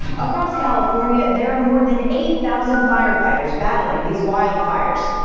across california, there are more than eight thousand firefighters battling these wildfires,